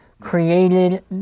created